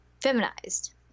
feminized